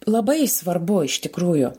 labai svarbu iš tikrųjų